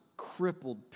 crippled